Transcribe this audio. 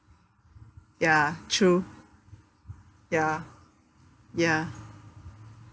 ya true ya ya